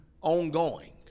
ongoing